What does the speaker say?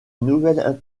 nouvelle